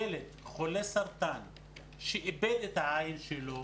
ילד חולה סרטן שאיבד את העין שלו